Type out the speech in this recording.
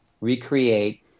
recreate